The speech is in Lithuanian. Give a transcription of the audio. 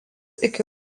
iki